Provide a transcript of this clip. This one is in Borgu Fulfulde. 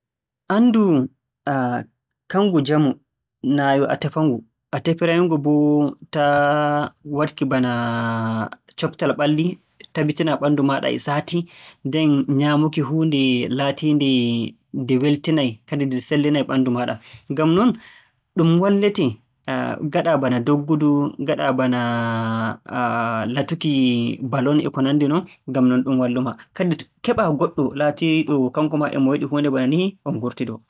Anndu kanngu njamu, naa yo a tefa-ngu a tefiray-ngu boo ta waɗki bana coftal ɓalli. Tabitina ɓanndu maaɗa e saati. Nden nyaamuki huunde laatiinde nde weltinay kadi nde sellinay ɓanndu maaɗa. Ngam non ɗum wallete ngaɗaa bana doggudu, ngaɗaa bana latuki balon e ko nanndi non, ngam nonɗum wallu ma. Kadi te- keɓaa goɗɗo laatiiɗo kanko maa e mo yiɗi huunde bana nihi, on ngurtidoo.